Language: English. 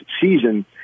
season